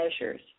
measures